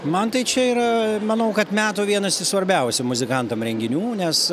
man tai čia yra manau kad metų vienas iš svarbiausių muzikantam renginių nes